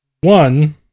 One